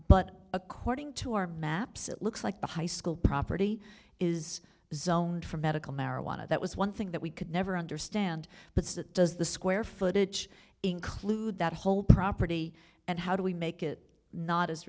but according to our maps it looks like the high school property is zoned for medical marijuana that was one thing that we could never understand but that does the square footage include that whole property and how do we make it not as